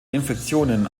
infektionen